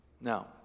Now